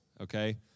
okay